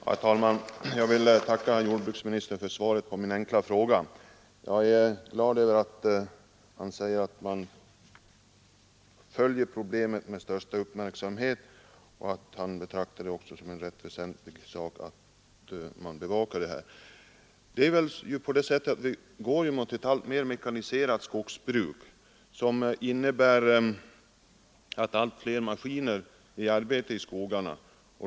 Herr talman! Jag vill tacka jordbruksministern för svaret på min fråga. Jag är glad över att han säger att myndigheterna följer dessa problem med största uppmärksamhet och att han betraktar det som en väsentlig sak att detta bevakas. Vi går mot ett alltmera mekaniserat skogsbruk, som innebär att allt flera maskiner är i arbete i skogarna.